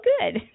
good